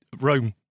Rome